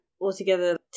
Altogether